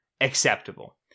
acceptable